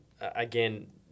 again